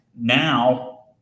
now